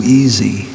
easy